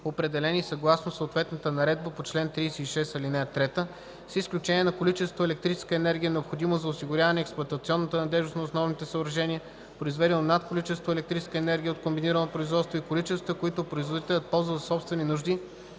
определени съгласно съответната наредба по чл. 36, ал. 3, с изключение на количеството електрическа енергия, необходимо за осигуряване експлоатационната надеждност на основните съоръжения, произведено над количеството електрическа енергия от комбинирано производство и количествата, които производителят ползва за собствени нужди